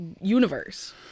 universe